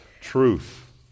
truth